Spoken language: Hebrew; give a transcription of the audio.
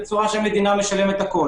שהמדינה משלמת הכול?